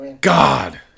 god